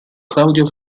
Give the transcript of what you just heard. claudio